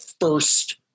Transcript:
first